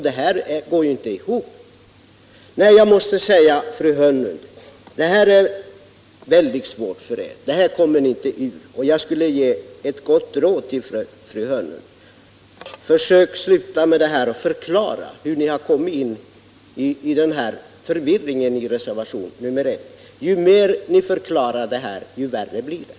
Det går inte ihop. Nej, jag måste säga att detta är väldigt svårt för er — det kommer ni inte ur! Jag skulle vilja ge ett gott råd till fru Hörnlund: Försök att sluta upp med att förklara hur ni har råkat in i den här förvirringen i reservation 1! Ju mer ni förklarar, desto värre blir det.